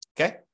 Okay